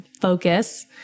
focus